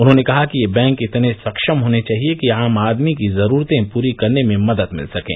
उन्होंने कहा कि ये बैंक इतने सक्षम होने चाहिए कि आम आदमी की जरूरतें पूरी करने में मदद मिल सकें